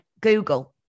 Google